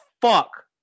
fuck